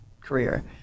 career